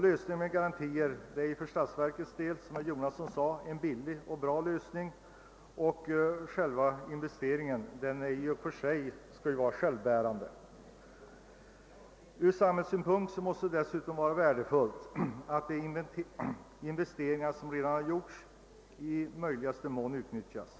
Lösningen med kreditgarantier är för statsverkets del, såsom herr Jonasson sade, en både billig och bra lösning, då själva investeringen i och för sig är självbärande. Ur samhällssynpunkt måste det dessutom vara värdefullt, att de investeringar som redan har gjorts i möjligaste mån utnyttjas.